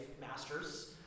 masters